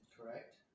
Correct